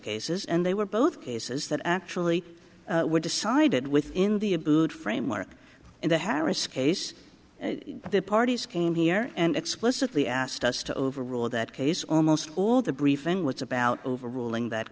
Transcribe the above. cases and they were both cases that actually were decided within the abboud framework in the harris case the parties came here and explicitly asked us to overrule that case almost all the briefing was about overruling that